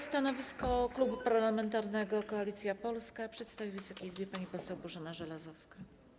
Stanowisko Klubu Parlamentarnego Koalicja Polska przedstawi Wysokiej Izbie pani poseł Bożena Żelazowska.